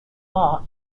law